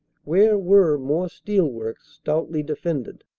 where were more steel works, stoutly defended.